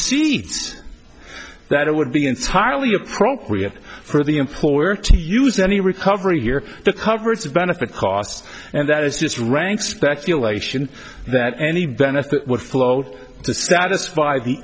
seeds that it would be entirely appropriate for the employer to use any recovery here to cover its benefit costs and that is just rank speculation that any benefit would float to satisfy the